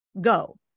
go